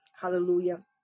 hallelujah